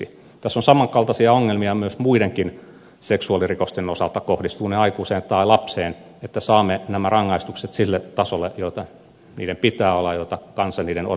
tässä on samankaltaisia ongelmia myös muiden seksuaalirikosten osalta kohdistuivatpa ne aikuiseen tai lapseen että saamme nämä rangaistukset sille tasolle jolla niiden pitää olla ja jolla kansa niiden on